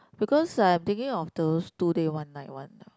because I'm thinking of those two day one night one